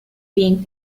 being